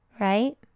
Right